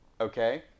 Okay